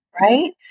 Right